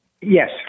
Yes